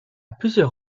plusieurs